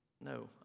No